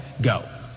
go